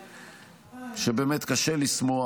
כשבאמת קשה לשמוח,